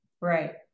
Right